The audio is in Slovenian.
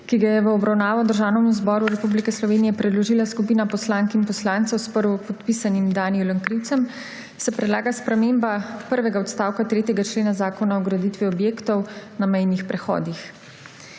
ki ga je v obravnavo Državnemu zboru Republike Slovenije predložila skupina poslank in poslancev s prvopodpisanim Danijelom Krivcem, se predlaga sprememba prvega odstavka 3. člena Zakona o graditvi objektov na mejnih prehodih.